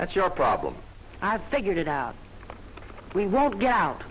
that's your problem i've figured it out we won't get out